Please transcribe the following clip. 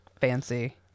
fancy